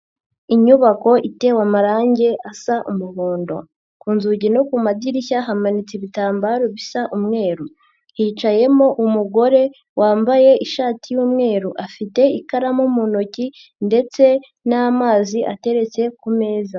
Inyubako itewe amarangi asa umuhondo, ku nzugi no ku madirishya hamanitse ibitambaro bisa umweru, hicayemo umugore wambaye ishati y'umweru, afite ikaramu mu ntoki ndetse n'amazi ateretse ku meza.